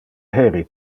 heri